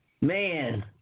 Man